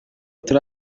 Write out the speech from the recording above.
turi